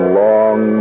long